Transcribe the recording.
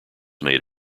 made